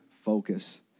Focus